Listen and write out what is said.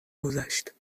گذشت